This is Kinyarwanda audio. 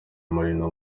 marina